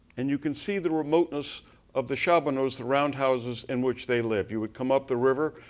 and you can see the remoteness of the shabonos, the round houses, in which they live. you would come up the river,